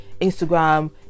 instagram